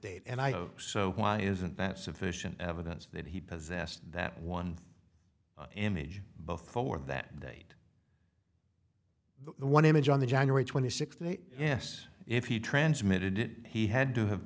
date and i so why isn't that sufficient evidence that he possessed that one image before that date one image on the january twenty sixth yes if he transmitted it he had to have